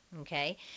Okay